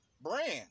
brand